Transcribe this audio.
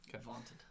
Vaunted